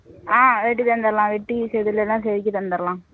ஆ வெட்டி தந்துரலாம் வெட்டி செதிலெல்லாம் செதுக்கி தந்துரலாம்